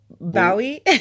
Bowie